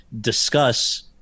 discuss